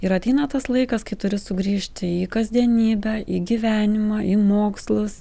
ir ateina tas laikas kai turi sugrįžti į kasdienybę į gyvenimą į mokslus